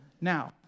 Now